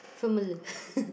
fml